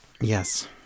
yes